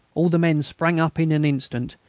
all the men sprang up in an instant,